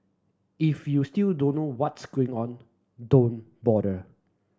if you still don't know what's going on don't bother